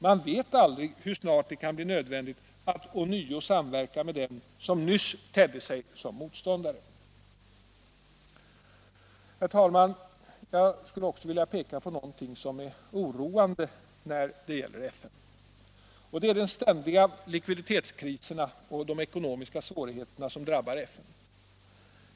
Man vet aldrig hur snart det kan bli nödvändigt att ånyo samverka med den som nyss tedde sig som motståndare. Herr talman! Jag vill också peka på något som är oroande när det gäller FN. Det är de ständiga likviditetskriserna och ekonomiska svårigheterna som drabbar FN.